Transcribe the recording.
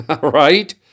Right